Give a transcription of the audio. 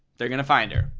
they're gonna find her,